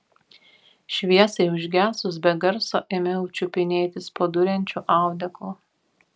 šviesai užgesus be garso ėmiau čiupinėtis po duriančiu audeklu